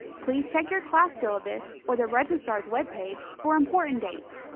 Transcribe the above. please check your class syllabus or the registrar's webpage for important dates.